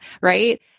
right